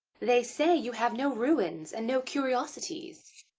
they say you have no ruins, and no curiosities.